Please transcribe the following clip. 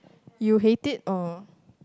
you hate it or